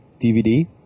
DVD